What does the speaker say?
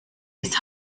des